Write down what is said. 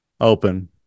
open